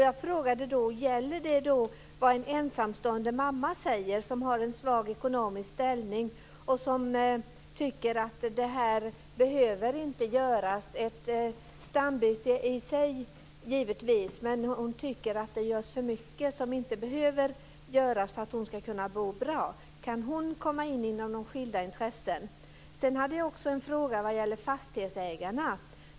Jag frågade: Gäller då det som en ensamstående mamma säger, som har en svag ekonomisk ställning och som tycker att ett stambyte i sig givetvis behöver göras men att det görs för mycket som inte behöver göras för att hon ska kunna bo bra? Kan hon rymmas inom de här skilda intressena? Sedan hade jag också en fråga vad gäller fastighetsägarna.